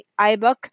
iBook